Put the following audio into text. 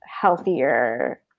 healthier